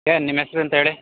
ಏನು ನಿಮ್ಮ ಹೆಸ್ರು ಎಂತ ಹೇಳಿ